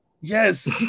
Yes